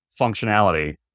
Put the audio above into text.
functionality